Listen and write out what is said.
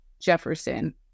Jefferson